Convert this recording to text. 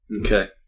Okay